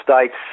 states